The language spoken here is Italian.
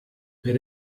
per